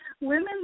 women